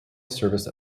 service